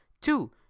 two